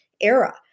era